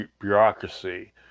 bureaucracy